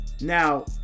Now